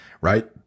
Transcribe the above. right